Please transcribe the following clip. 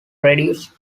reduced